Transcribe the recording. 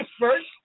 first